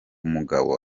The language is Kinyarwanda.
mugabo